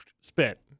spit